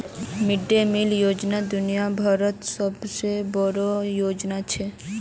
mid day meal योजना दुनिया भरत सबसे बोडो योजना छे